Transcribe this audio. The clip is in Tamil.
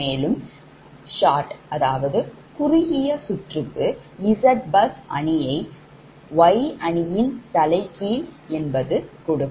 மேலும் short குறுகிய சுற்றுக்கு ZBus அணியை 𝑌 அணியின் தலைகீழ் கொடுக்கும்